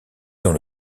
dans